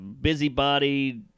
busybody